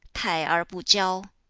tai, er bu jiao,